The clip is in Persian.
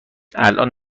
الان